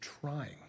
trying